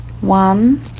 One